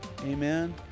amen